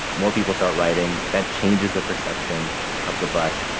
more people start riding, that changes the perception of the bus.